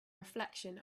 reflection